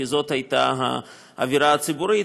כי זאת הייתה האווירה הציבורית,